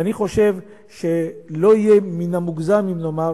ואני חושב שלא יהיה מוגזם אם נאמר